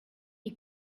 you